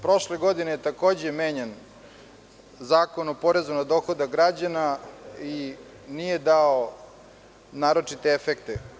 Prošle godine je menjan Zakon o porezu na dohodak građana i nije dao naročite efekte.